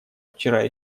вчера